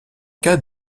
cas